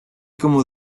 como